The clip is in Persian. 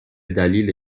دلیل